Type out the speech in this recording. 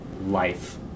life